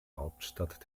hauptstadt